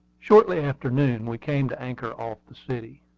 shortly after noon we came to anchor off the city.